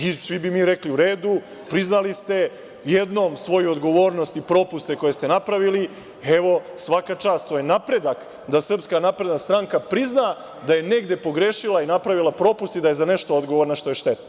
I svi bi mi rekli – u redu, priznali ste jednom svoju odgovornost i propuste koje ste napravili, evo, svaka čast, to je napredak da Srpska napredna stranka prizna da je negde pogrešila i napravila propust i da je za nešto odgovorna što je štetno.